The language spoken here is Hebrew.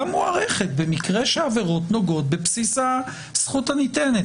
מוארכת במקרה שהעבירות נוגעות בבסיס הזכות הניתנת.